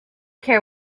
care